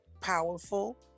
powerful